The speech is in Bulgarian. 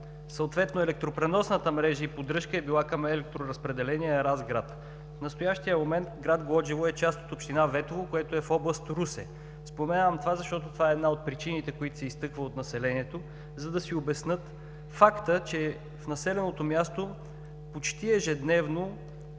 Съответно електропреносната мрежа и поддръжка е била към „Електроразпределение“ – Разград. В настоящия момент град Глоджево е част от община Ветово, което е в област Русе. Споменавам това, защото то е една от причините, които се изтъкват от населението, за да си обяснят факта, че в населеното място почти ежедневно